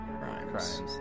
Crimes